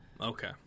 Okay